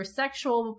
sexual